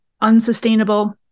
unsustainable